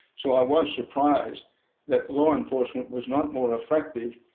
so i was surprised that law enforcement was not more effective.